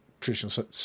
traditional